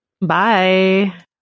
Bye